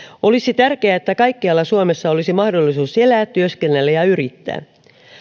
olisi tärkeää että kaikkialla suomessa olisi mahdollisuus elää työskennellä ja yrittää